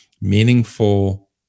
meaningful